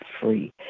free